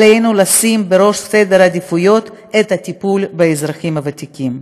עלינו לשים בראש סדר העדיפויות את הטיפול באזרחים הוותיקים.